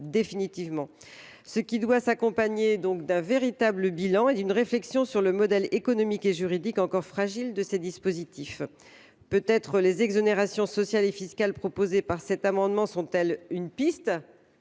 l’expérimentation, qui doit s’accompagner d’un véritable bilan et d’une réflexion sur le modèle économique et juridique encore fragile du dispositif. Peut être les exonérations sociales et fiscales proposées au travers de cet amendement sont elles une piste,